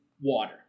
water